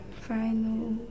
final